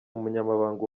umunyamabanga